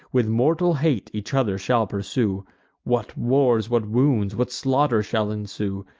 with mortal hate each other shall pursue what wars, what wounds, what slaughter shall ensue!